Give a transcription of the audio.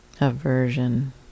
aversion